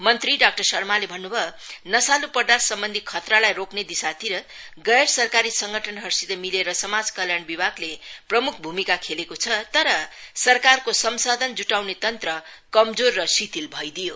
मंत्री डाक्टर शर्माले भन्नु भयो नशालु पदार्थ सम्बन्धी खतरालाई रोक्ने दिशातिर गैर सरकारी मंगठनहरूसित मिलेर समाज कल्याण विभागले प्रमुख भूमिका खेलेको छ तर सरकारको संसाधन जुटाउने तन्त्र क्रमजोर र शिथिल भइदियो